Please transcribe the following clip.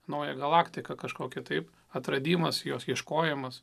naują galaktiką kažkokią taip atradimas jos ieškojimas